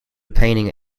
painting